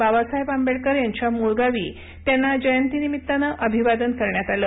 बाबासाहेब आंबेडकर यांच्या मुळ गावी त्यांना जयंतीनिमित्तानं अभिवादन करण्यात आलं